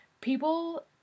People